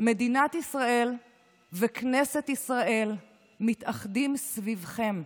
מדינת ישראל וכנסת ישראל מתאחדים סביבכם.